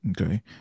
okay